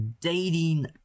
dating